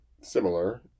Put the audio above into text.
similar